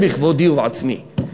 בכבודי ובעצמי.